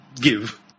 give